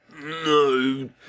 No